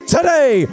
Today